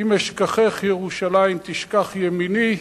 "אם אשכחך ירושלים תשכח ימיני".